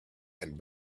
and